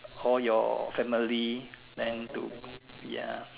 all your family then to ya